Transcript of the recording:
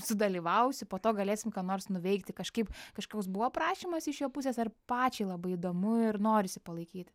sudalyvausiu po to galėsim ką nors nuveikti kažkaip kažkoks buvo prašymas iš jo pusės ar pačiai labai įdomu ir norisi palaikyti